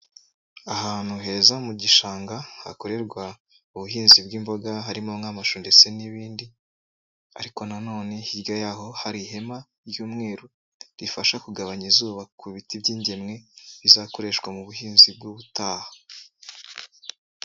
Ahantu heza mu gishanga hakorerwa ubuhinzi bw'imboga, harimo nk'amashu ndetse n'ibindi ariko na none hirya yaho hari ihema ry'umweru rifasha kugabanya izuba ku biti by'ingemwe bizakoreshwa mu buhinzi bw'ubutaha.